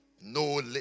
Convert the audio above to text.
No